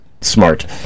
smart